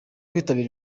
kwitabira